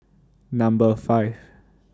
Number five